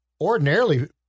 ordinarily